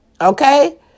Okay